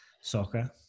soccer